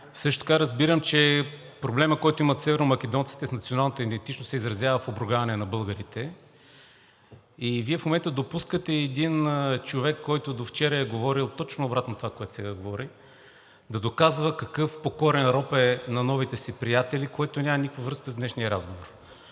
Също така разбирам, че проблемът, който имат северномакедонците с националната идентичност, се изразява в обругаване на българите. И Вие в момента допускате един човек, който до вчера е говорил точно обратното на това, което сега говори – да доказва какъв покорен роб е на новите си приятели, което няма никаква връзка с днешния разговор.